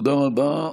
תודה רבה.